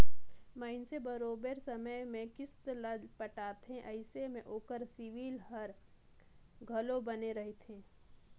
मइनसे बरोबेर समे में किस्त ल पटाथे अइसे में ओकर सिविल हर घलो बने रहथे